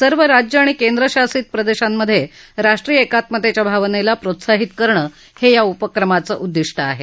सर्व राज्य आणि केंद्रशासित प्रदेशांमध्ये राष्ट्रीय एकात्मतेच्या भावनेला प्रोत्साहित करणं हे या उपक्रमाचं प्रमुख उद्दिष्ट आहे